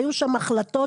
היו שם החלטות,